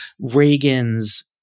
Reagan's